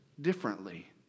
differently